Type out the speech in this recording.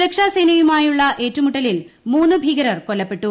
സുരക്ഷാസേനയുമായുള്ള ഏറ്റുമുട്ടലിൽ മൂന്ന് ഭീകരർ കൊല്ലപ്പെട്ടു